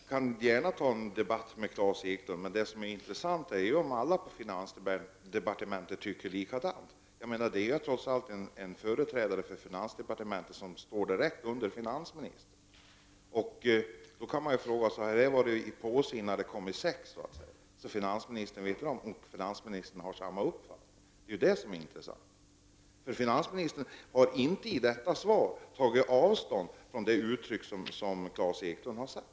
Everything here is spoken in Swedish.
Herr talman! Jag skall gärna ta en debatt med Klas Eklund. Men det intressanta är om man i departementet i allmänhet tycker likadant som Klas Eklund. Eklund är trots allt företrädare för finansdepartementet och står direkt under finansministern. Man kan då fråga sig om hans uttalande varit i påse innan det kommit i säck och få veta om finansministern har samma ståndpunkt. Finansministern har inte i detta svar tagit avstånd från det uttalande som Klas Eklund gjort.